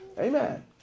Amen